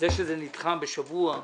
זה שזה נדחה בשבוע,